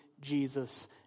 Jesus